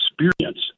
experience